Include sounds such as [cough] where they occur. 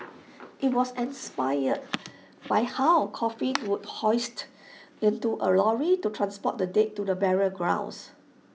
[noise] IT was inspired by how coffins would be hoisted into A lorry to transport the dead to burial grounds